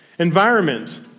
Environment